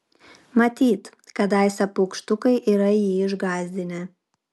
matyt kadaise paukštukai yra jį išgąsdinę